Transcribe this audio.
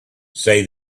say